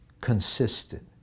consistent